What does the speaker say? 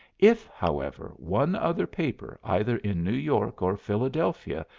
if, however, one other paper, either in new york or philadelphia,